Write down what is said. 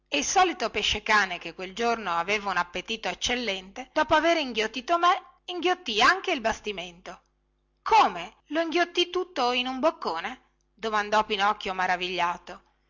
il solito pesce-cane che quel giorno aveva un appetito eccellente dopo aver inghiottito me inghiottì anche il bastimento come lo inghiottì tutto in un boccone domandò pinocchio maravigliato